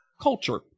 Culture